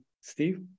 Steve